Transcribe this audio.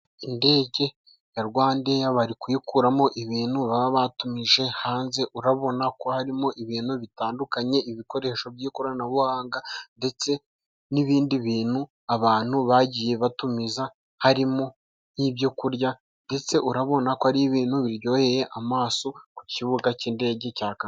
Indege ya Rwanda eya bari kuyikuramo ibintu baba batumije hanze urabona ko harimo ibintu bitandukanye, ibikoresho by'ikoranabuhanga ndetse n'ibindi bintu abantu bagiye batumiza harimo n'ibyo kurya, ndetse urabona ko ari ibintu biryoheye amaso ku kibuga cy'indege cya kanombe.